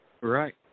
Right